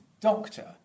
doctor